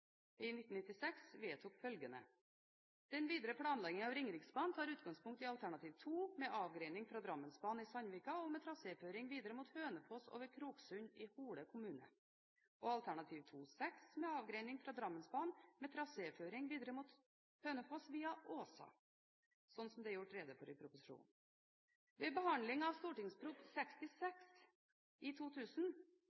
i 1996 vedtok følgende: «Den videre planlegging av Ringeriksbanen tar utgangspunkt i alternativ 2 med avgrening fra Drammensbanen i Sandvika og med traséføring videre mot Hønefoss over Kroksund i Hole kommune, og alternativ 2/6> med avgrening fra Drammensbanen med traséføring videre mot Hønefoss via Åsa, slik som det er gjort rede for i proposisjonen.» Ved behandling av